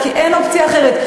כי אין אופציה אחרת.